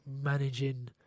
managing